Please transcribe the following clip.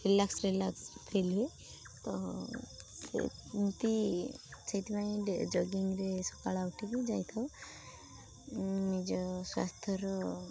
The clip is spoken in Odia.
ରିଲାକ୍ସ ରିଲାକ୍ସ ଫିଲ୍ ହୁଏ ତ ସେମିତି ସେଇଥିପାଇଁ ଜଗିଂରେ ସକାଳୁଆ ଉଠିକି ଯାଇଥାଉ ନିଜ ସ୍ୱାସ୍ଥ୍ୟର